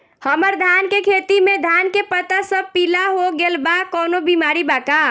हमर धान के खेती में धान के पता सब पीला हो गेल बा कवनों बिमारी बा का?